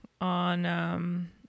on